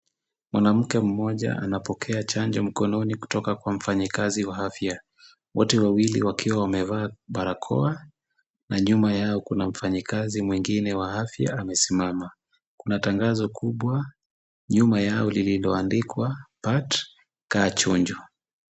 Mwanamke mmoja anapokea chanjo mkononi kutoka kwa mfanyikazi wa afya, wote wawili wakiwa wamevaa barakoa na nyuma yao kuna mfanyikazi mwingine wa afya amesimama. Kuna tangazo kubwa nyuma yao lililoandikwa PAT KAA CHONJO.